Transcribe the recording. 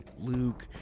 Luke